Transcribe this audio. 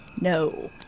No